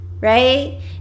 right